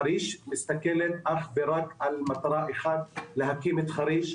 חריש מסתכלת אך ורק על מטרה אחת להקים את חריש בלי שום עניין.